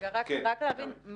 רק להבין.